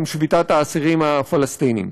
עם שביתת האסירים הפלסטינים.